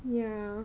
yeah